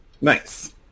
Nice